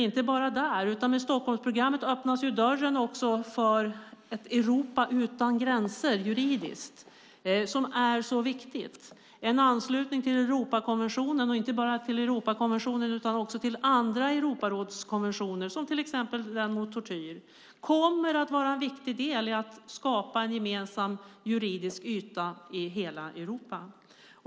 I Stockholmsprogrammet öppnas dörren juridiskt för ett Europa utan gränser. En anslutning till Europakonventionen och också till andra Europarådskonventioner, till exempel den mot tortyr, kommer att vara en viktig del i att skapa en gemensam juridisk yta i hela Europa.